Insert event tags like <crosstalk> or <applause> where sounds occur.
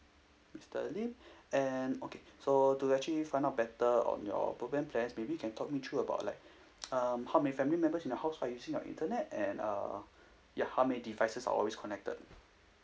mister lim <breath> and okay so to actually find out better on your program plans maybe you can talk me through about like um how many family members in your house while using your internet and uh ya how many devices are always connected